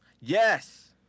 Yes